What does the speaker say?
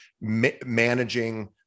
managing